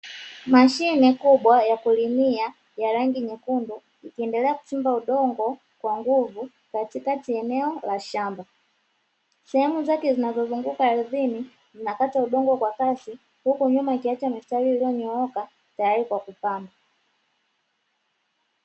Mashine kubwa ya kulimia ya rangi nyekundu ikiendelea kuchimba udongo kwa nguvu katikati ya eneo la shamba, sehemu zake zinazo zunguka ardhini zinakata udongo kwa kasi huku nyuma likiacha mistari iliyonyooka tayari kwa kupandwa.